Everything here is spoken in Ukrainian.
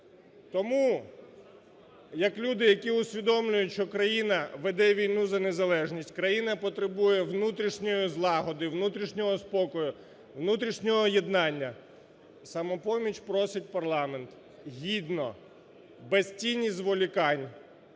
Тому як люди, які усвідомлюють, що країна веде війну за незалежність, країна потребує внутрішньої злагоди, внутрішнього спокою, внутрішнього єднання, "Самопоміч" просить парламент гідно, без тіні зволікань